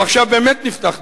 ועכשיו באמת נפתח דיאלוג.